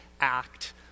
act